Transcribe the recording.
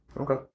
Okay